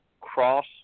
cross